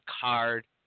card